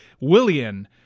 Willian